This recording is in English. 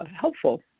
helpful